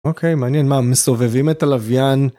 אוקיי, מעניין מה, מסובבים את הלוויין?